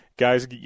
Guys